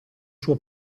suo